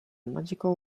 magical